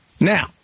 Now